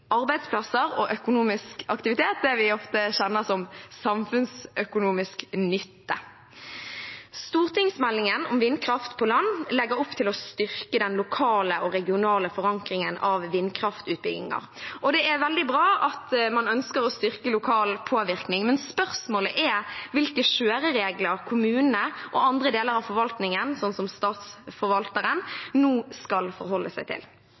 arbeidsplasser og økonomisk aktivitet, det vi ofte kjenner som «samfunnsøkonomisk nytte». Stortingsmeldingen om vindkraft på land legger opp til å styrke den lokale og regionale forankringen av vindkraftutbygginger. Det er veldig bra at man ønsker å styrke lokal påvirkning, men spørsmålet er hvilke kjøreregler kommunene og andre deler av forvaltningen, slik som statsforvalteren, nå skal forholde seg til.